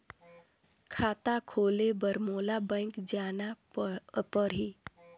खाता खोले बर मोला बैंक जाना परही?